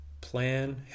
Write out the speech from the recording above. plan